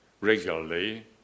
regularly